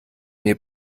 mir